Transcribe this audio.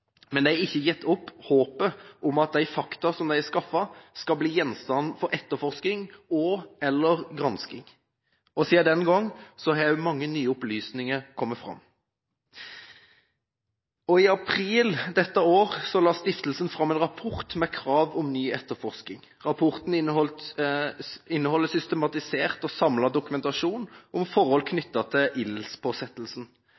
Men de har ikke gitt opp håpet om at de fakta, som de har skaffet, skal bli gjenstand for etterforskning og/eller gransking. Siden den gang har også mange nye opplysninger kommet fram. I april dette år la stiftelsen fram en rapport med krav om ny etterforskning. Rapporten inneholder systematisert og samlet dokumentasjon om forhold